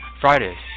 Fridays